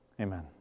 Amen